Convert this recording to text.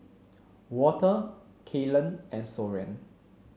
Walter Kaylen and Soren